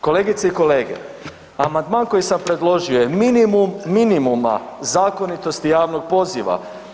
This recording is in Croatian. Kolegice i kolege, amandman koji sam predložio je minimum minimuma zakonitosti javnog poziva.